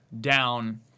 down